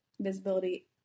Visibility